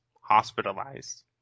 hospitalized